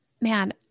man